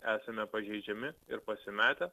esame pažeidžiami ir pasimetę